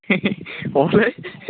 औलै